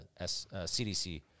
CDC